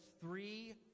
three